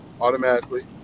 automatically